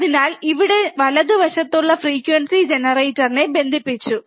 അതിനാൽ ഞങ്ങൾ ഇവിടെ വലതുവശത്തുള്ള ഫ്രീക്വൻസി ജനറേറ്ററിനെ ബന്ധിപ്പിച്ചു